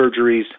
surgeries